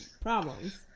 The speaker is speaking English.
problems